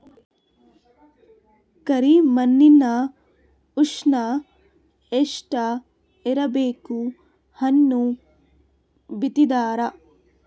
ಕರಿ ಮಣ್ಣಿನ ಉಷ್ಣ ಎಷ್ಟ ಇರಬೇಕು ಹಣ್ಣು ಬಿತ್ತಿದರ?